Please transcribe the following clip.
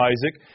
Isaac